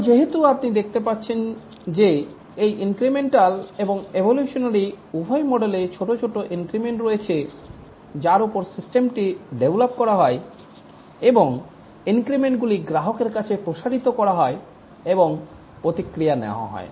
কারণ যেহেতু আপনি দেখতে পাচ্ছেন যে এই ইনক্রিমেন্টাল এবং এভোলিউশনারী উভয় মডেলে ছোট ছোট ইনক্রিমেন্ট রয়েছে যার উপর সিস্টেমটি ডেভেলপ করা হয় এবং এই ইনক্রিমেন্টগুলি গ্রাহকের কাছে প্রসারিত করা হয় এবং প্রতিক্রিয়া নেওয়া হয়